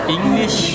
English